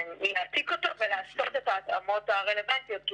להעתיק אותו ולעשות את ההתאמות הרלוונטיות כי